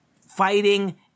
fighting